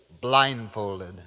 blindfolded